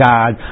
God